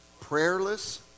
Prayerless